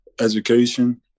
Education